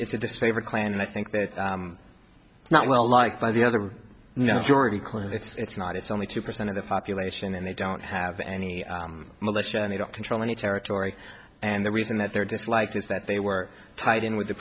and i think that it's not well liked by the other no jury clearly it's not it's only two percent of the population and they don't have any militia and they don't control any territory and the reason that they're disliked is that they were tied in with the